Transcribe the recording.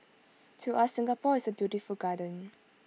to us Singapore is A beautiful garden